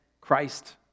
Christ